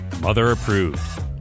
mother-approved